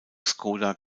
skoda